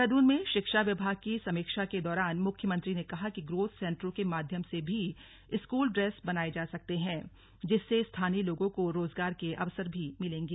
देहरादून में शिक्षा विभाग की समीक्षा के दौरान मुख्यमंत्री ने कहा कि ग्रोथ सेंटरों के माध्यम से भी स्कूल ड्रेस बनाये जा सकते हैं जिससे स्थानीय लोगों को रोजगार के अवसर भी मिलेंगे